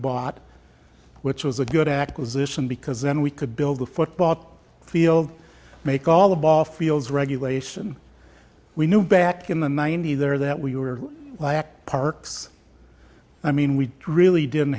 bought which was a good acquisition because then we could build the football field make all the ball fields regulation we knew back in the ninety there that we were parks i mean we really didn't